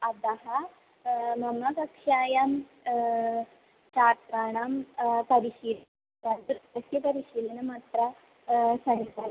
अतः मम कक्षायां छात्राणां परिशीलं तद् नृत्यं परिशीलनम् अत्र सायङ्काले